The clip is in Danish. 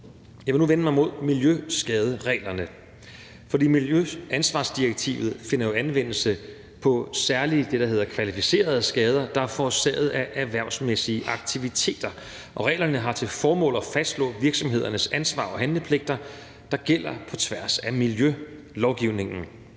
Jeg vil nu vende mig mod miljøskadereglerne. Miljøansvarsdirektivet finder jo anvendelse på det, der hedder kvalificerede skader, der er forårsaget af erhvervsmæssige aktiviteter. Reglerne har til formål at fastslå virksomhedernes ansvar og handlepligter, der gælder på tværs af miljølovgivningen.